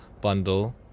bundle